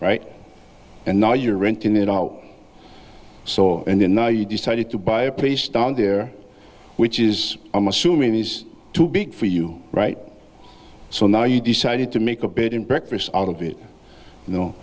right and now you're renting it out so and then now you decided to buy a place down there which is i'm assuming he's too big for you right so now you decided to make a bed and breakfast out of it you know